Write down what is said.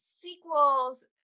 sequels